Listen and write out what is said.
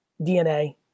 DNA